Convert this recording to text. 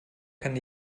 kann